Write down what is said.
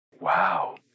Wow